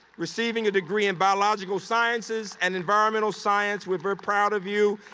receiving a degree in biological sciences and environmental science. we're very proud of you.